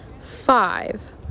Five